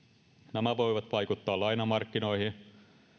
nämä voivat vaikuttaa lainamarkkinoihin